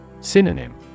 Synonym